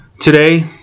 Today